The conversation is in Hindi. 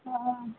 हाँ हाँ